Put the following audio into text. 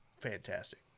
fantastic